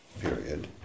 period